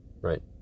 Right